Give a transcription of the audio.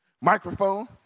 microphone